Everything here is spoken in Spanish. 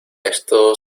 esto